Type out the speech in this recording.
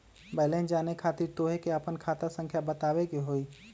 Balance जाने खातिर तोह के आपन खाता संख्या बतावे के होइ?